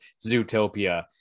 Zootopia